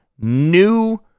new